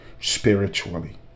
spiritually